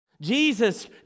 Jesus